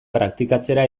praktikatzera